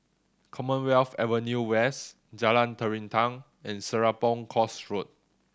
Commonwealth Avenue West Jalan Terentang and Serapong Course Road